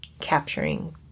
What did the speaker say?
capturing